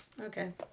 okay